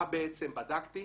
מה בעצם בדקתי.